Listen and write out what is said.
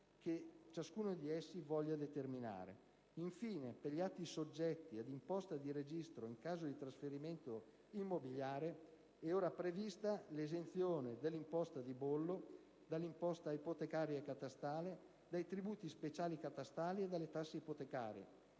che ciascuno di essi voglia determinare. Infine, per gli atti soggetti ad imposta di registro in caso di trasferimento immobiliare, è ora prevista l'esenzione dall'imposta di bollo, dalle imposte ipotecaria e catastale, dai tributi speciali catastali e dalle tasse ipotecarie,